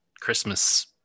Christmas